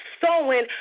sowing